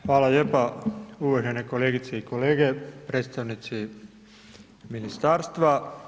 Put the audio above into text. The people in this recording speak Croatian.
Hvala lijepa uvažene kolegice i kolege, predstavnici ministarstva.